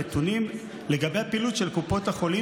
נתונים לגבי הפעילות של קופות החולים